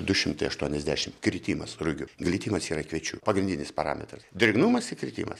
du šimtai aštuoniasdešimt kritimas rugių glitimas yra kviečių pagrindinis parametras drėgnumas kritimas